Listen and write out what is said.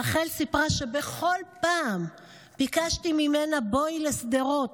רחל סיפרה: בכל פעם ביקשתי ממנה: בואי לשדרות.